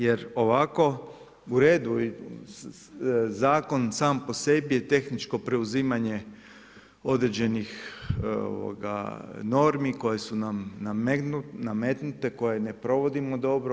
Jer ovako, u redu i zakon sam po sebi je tehničko preuzimanje određenih normi koje su nam nametnute, koje ne provodimo dobro.